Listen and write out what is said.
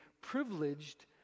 privileged